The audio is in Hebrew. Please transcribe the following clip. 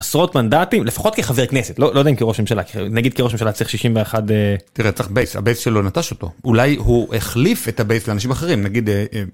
עשרות מנדטים לפחות כחבר כנסת, לא יודע אם כראש הממשלה. נגיד כראש הממשלה צריך 61. תראה צריך בייס. הבייס שלו נטש אותו. אולי הוא החליף את הבייס לאנשים אחרים נגיד.